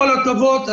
כל הכבוד,